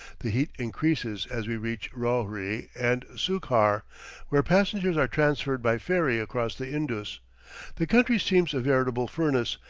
the heat increases as we reach rohri and sukhar, where passengers are transferred by ferry across the indus the country seems a veritable furnace,